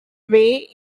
way